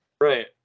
Right